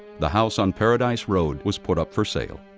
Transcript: the house on paradise road was put up for sale.